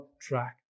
track